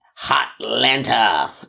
Hotlanta